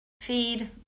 feed